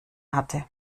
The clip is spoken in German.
hatte